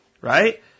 right